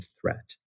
threat